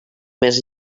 més